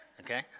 okay